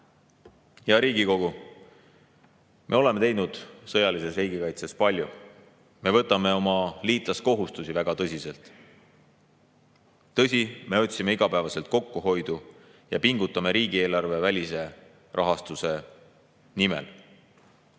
Hea Riigikogu! Me oleme teinud sõjalises riigikaitses palju. Me võtame oma liitlaskohustusi väga tõsiselt. Tõsi, me otsime iga päev kokkuhoidu ja pingutame riigieelarvevälise rahastuse nimel.